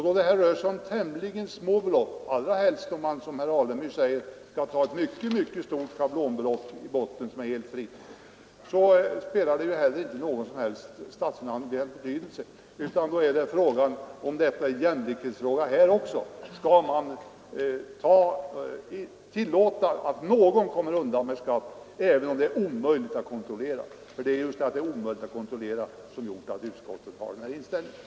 Då det här rör sig om tämligen små belopp — allra helst om man som herr Alemyr säger i botten skall ha ett mycket stort schablonbelopp som är helt skattefritt — har saken inte någon som helst statsfinansiell betydelse. Frågan är då om detta också är en jämlikhetsfråga: Skall man tillåta att någon kommer undan med skatt även om det är omöjligt att kontrollera det? För det är just det faktum att det är omöjligt att kontrollera det som gör att utskottet har denna inställning.